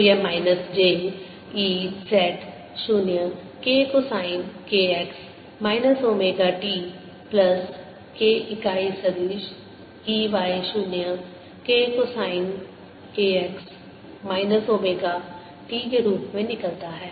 तो यह minus j E z 0 k cosine k x minus omega t plus k इकाई सदिश E y 0 k cosine k x minus omega t के रूप में निकलता है